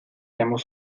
hemos